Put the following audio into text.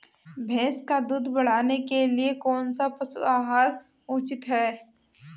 भैंस का दूध बढ़ाने के लिए कौनसा पशु आहार उचित है?